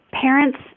parents